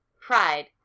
pride